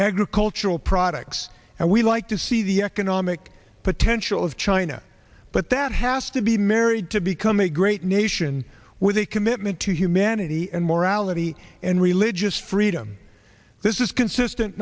agricultural products and we like to see the economic potential of china but that has to be married to become a great nation with a commitment to humanity and more ality and religious freedom this is consistent